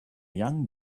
young